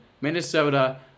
Minnesota